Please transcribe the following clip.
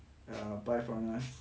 err buy from us